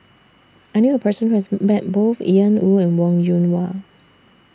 I knew A Person Who has Met Both Ian Woo and Wong Yoon Wah